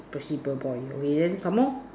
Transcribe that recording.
festival boy okay then some more